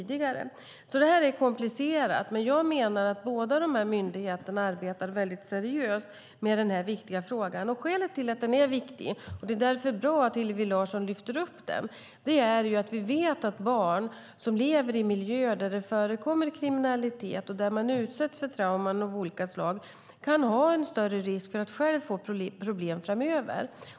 Det här är alltså komplicerat, men jag menar att båda dessa myndigheter arbetar väldigt seriöst med den här viktiga frågan. Skälet till att den är viktig, och det är därför bra att Hillevi Larsson lyfter upp den, är att vi vet att barn som lever i miljöer där det förekommer kriminalitet och där man utsätts för trauman av olika slag kan ha en större risk att själva få problem framöver.